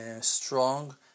strong